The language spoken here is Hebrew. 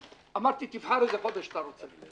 אמרתי: תבחר איזה חודש שאתה רוצה.